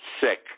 Sick